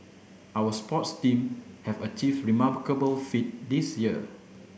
our sports team have achieved remarkable feat this year